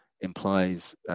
implies